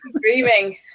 dreaming